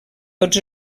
tots